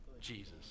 Jesus